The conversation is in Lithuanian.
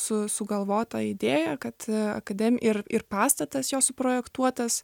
su sugalvotą idėja kad akadem ir ir pastatas jo suprojektuotas